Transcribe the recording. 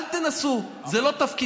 אל תנסו, זה לא תפקידכם.